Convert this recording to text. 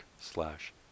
slash